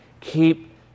Keep